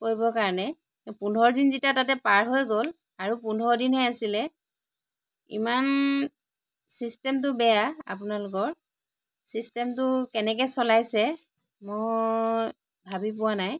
কৰিবৰ কাৰণে পোন্ধৰ দিন যেতিয়া তাতে পাৰ হৈ গ'ল আৰু পোন্ধৰ দিনেই আছিল ইমান চিষ্টেমটো বেয়া আপোনালোকৰ চিষ্টেমটো কেনেকৈ চলাইছে মই ভাবি পোৱা নাই